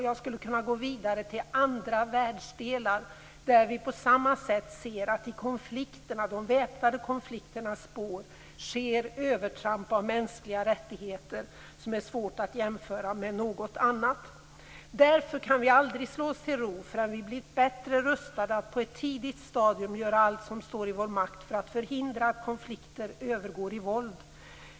Jag skulle kunna gå vidare till andra världsdelar där vi på samma sätt ser att i de väpnade konflikternas spår sker övertramp av mänskliga rättigheter som är svårt att jämföra med något annat. Därför kan vi inte slå oss till ro förrän vi blivit bättre rustade att på ett tidigt stadium göra allt som står i vår makt för att förhindra att konflikter övergår i våld.